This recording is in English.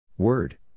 Word